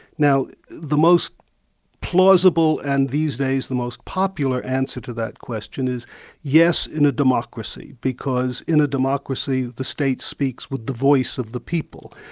now the most plausible and these days the most popular answer to that question is yes, in a democracy, because in a democracy the state speaks with the voice of the people.